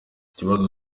ikibazo